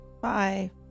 Bye